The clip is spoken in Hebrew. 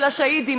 של השהידים.